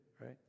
right